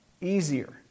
easier